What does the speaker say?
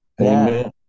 Amen